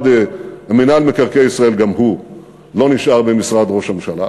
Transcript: מינהל מקרקעי ישראל גם הוא לא נשאר במשרד ראש הממשלה.